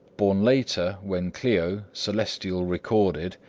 born later, when clio, celestial recorder,